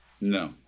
no